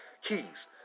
keys